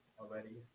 already